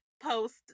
post